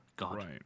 Right